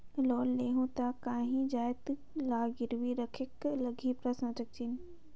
Loan लेहूं ता काहीं जाएत ला गिरवी रखेक लगही?